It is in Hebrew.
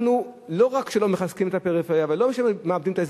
אנחנו לא רק לא מחזקים את הפריפריה ולא רק מאבדים את ההזדמנות,